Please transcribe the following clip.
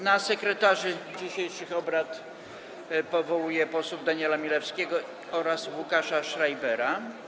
Na sekretarzy dzisiejszych obrad powołuję posłów Daniela Milewskiego i Łukasza Schreibera.